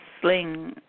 sling